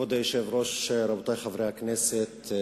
חברי הכנסת,